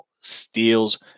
steals